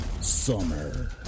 Summer